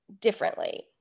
differently